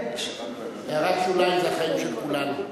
הערת שוליים זה החיים של כולנו.